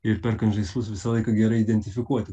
ir perkant žaislus visą laiką gerai identifikuoti